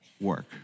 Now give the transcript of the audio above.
work